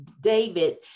David